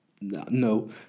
no